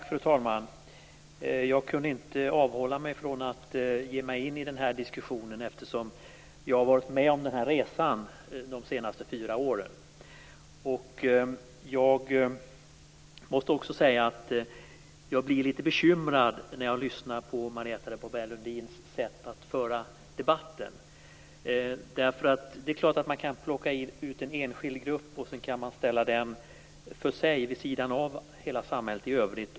Fru talman! Jag kunde inte avhålla mig från att ge mig in i den här diskussionen eftersom jag har varit med om den här resan de fyra senaste åren. Jag måste också säga att jag blir litet bekymrad när jag lyssnar på Marietta de Pourbaix-Lundins sätt att föra debatten. Det är klart att man kan plocka ut en enskild grupp och ställa den för sig vid sidan av samhället i övrigt.